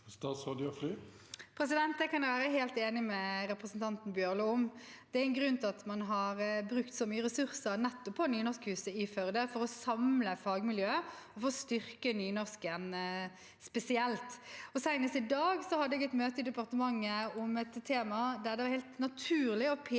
Det kan jeg være helt enig med representanten Bjørlo i. Det er en grunn til at man har brukt så mye ressurser nettopp på Nynorskhuset i Førde. Det er for å samle fagmiljøet og styrke nynorsken spesielt. Senest i dag hadde jeg et møte i departementet om et tema der det var helt naturlig å peke